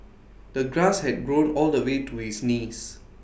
the grass had grown all the way to his knees